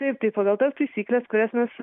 taip tai pagal tas taisykles kurias mes